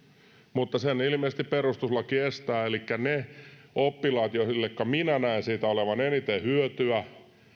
mutta sen ilmeisesti perustuslaki estää elikkä ne oppilaat joilleka minä näen siitä olevan eniten hyötyä